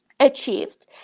achieved